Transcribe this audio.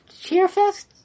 CheerFest